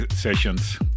sessions